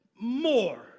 more